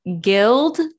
Guild